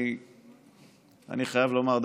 אני חייב לומר,